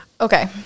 Okay